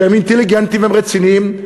שהם אינטליגנטים ורציניים,